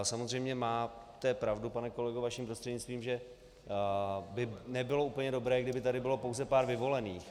Samozřejmě máte pravdu, pane kolego, vaším prostřednictvím, že by nebylo úplně dobré, kdyby tady bylo pouze pár vyvolených.